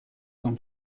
con